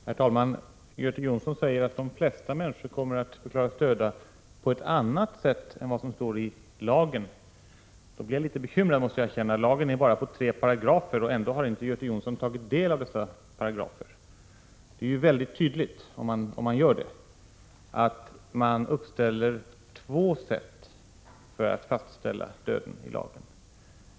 Herr talman! Göte Jonsson sade att de flesta människor kommer att förklaras döda på ett annat sätt än vad som står i lagen. När jag hörde det blev jag litet bekymrad, måste jag erkänna. Lagen om dödens inträde omfattar bara tre paragrafer, och ändå har Göte Jonsson inte tagit del av dem. Det framgår tydligt att lagen uppställer två sätt att fastställa döden.